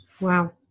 Wow